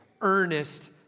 earnest